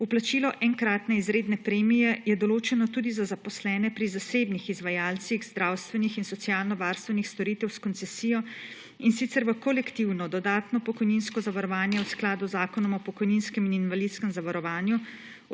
Vplačilo enkratne izredne premije je določeno tudi za zaposlene pri zasebnih izvajalcih zdravstvenih in socialnovarstvenih storitev s koncesijo, in sicer v kolektivno dodatno pokojninsko zavarovanje v skladu z Zakonom o pokojninskem in invalidskem zavarovanju